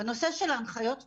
בנושא של הנחיות ונהלים,